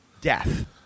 death